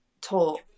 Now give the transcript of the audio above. talk